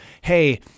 hey